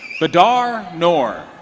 bedar noor.